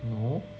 no